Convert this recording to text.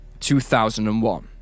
2001